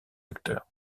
acteur